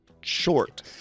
short